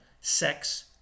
sex